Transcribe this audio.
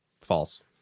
false